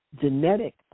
genetic